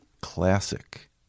classic